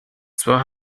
zwar